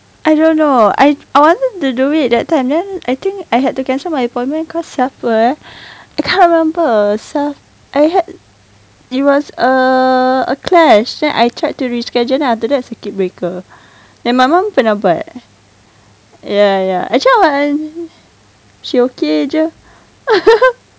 I don't know I I want to do it that time then I think I had to cancel my appointment cause siapa eh can't remember so I had it was a a clash then I tried to reschedule then after that circuit breaker then my mum pernah buat ya ya actually I want she okay sahaja